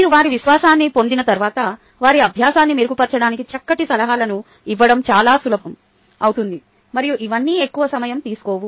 మీరు వారి విశ్వాసాన్ని పొందిన తర్వాత వారి అభ్యాసాన్ని మెరుగుపర్చడానికి చక్కటి సలహాలను ఇవ్వడం చాలా సులభం అవుతుంది మరియు ఇవన్నీ ఎక్కువ సమయం తీసుకోవు